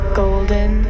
golden